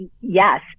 Yes